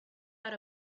out